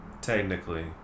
Technically